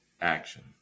Action